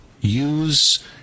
use